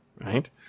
right